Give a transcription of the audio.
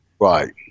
Right